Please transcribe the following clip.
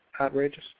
Outrageous